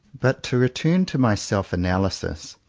but to return to my self-analysis.